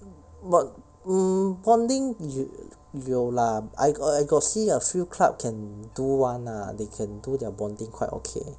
but hmm bonding 有有 lah I got I got see a few club can do [one] ah they can do their bonding quite okay